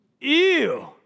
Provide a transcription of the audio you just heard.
Ew